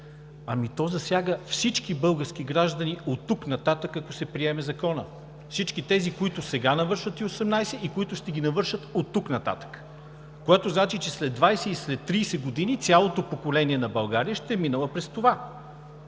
То засяга всички български граждани оттук нататък, ако се приеме Законът. Всички тези, които сега навършват 18 и, които ще ги навършат оттук нататък, което значи, че след 20, след 30 години цялото поколение на България ще е минало през това.